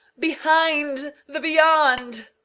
behind the beyond!